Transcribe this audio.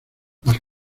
las